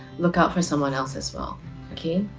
lookout for someone else as well okay?